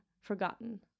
forgotten